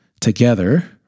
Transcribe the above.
together